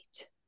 Right